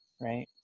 Right